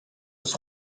eus